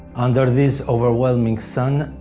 under this overwhelming sun,